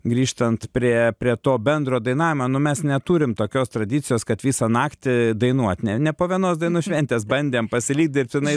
grįžtant prie prie to bendro dainavimo nu mes neturim tokios tradicijos kad visą naktį dainuot ne po vienos dainų šventės bandėm pasilikt dirbtinai